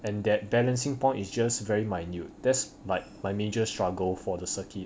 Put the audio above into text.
and that balancing point is just very minute that's like my major struggle for the circuit